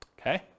okay